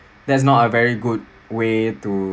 that's not a very good way to